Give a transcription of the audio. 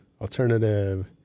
alternative